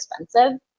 expensive